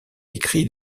écrit